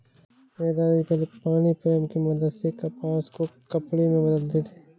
मेरे दादा जी पहले पानी प्रेम की मदद से कपास को कपड़े में बदलते थे